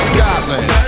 Scotland